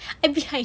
I'm behind